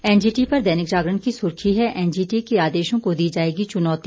NGT पर दैनिक जागरण की सुर्खी है एनजीटी के आदेशों को दी जाएगी चुनौती